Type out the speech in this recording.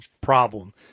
problem